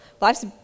life's